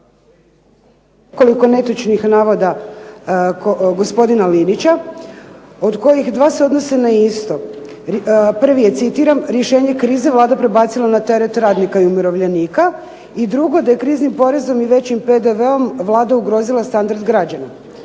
netočnih navoda gospodina Linića, od kojih dva se odnose na isto. Prvi je citiram rješenje krize Vlada prebacila na teret radnika i umirovljenika i drugo da je kriznim porezom i većim PDV-om Vlada ugrozila standard građana.